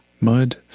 mud